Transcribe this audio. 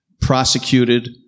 prosecuted